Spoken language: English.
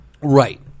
right